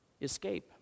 escape